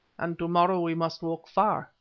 and to-morrow we must walk far,